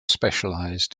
specialised